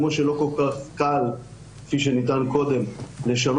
כמו שלא כל כך קל כפי שנטען קודם לשנות